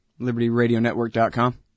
libertyradionetwork.com